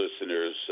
listeners